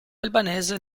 albanese